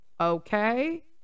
okay